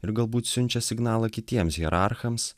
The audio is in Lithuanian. ir galbūt siunčia signalą kitiems hierarchams